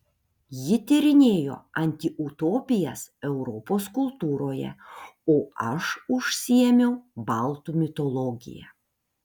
ji tyrinėjo antiutopijas europos kultūroje o aš užsiėmiau baltų mitologija